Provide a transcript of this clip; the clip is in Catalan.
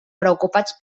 preocupats